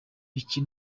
icyo